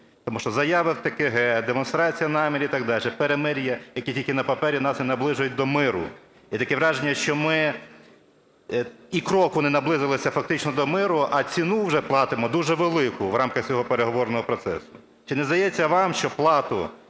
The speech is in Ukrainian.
Тому що заяви в ТКГ, демонстрація намірів і так дальше, перемир'я, яке тільки на папері, нас не наближують до миру. І таке враження, що ми і кроку не наблизилися фактично до миру, а ціну вже платимо дуже велику в рамках цього переговорного процесу. Чи не здається вам, що плату,